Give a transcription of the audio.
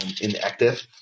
inactive